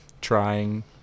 trying